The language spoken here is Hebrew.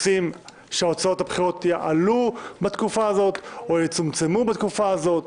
או רוצים שהוצאות הבחירות יעלו בתקופה הזאת או יצומצמו בתקופה הזאת.